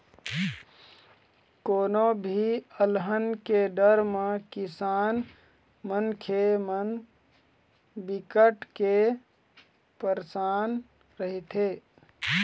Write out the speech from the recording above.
कोनो भी अलहन के डर म किसान मनखे मन बिकट के परसान रहिथे